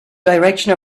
direction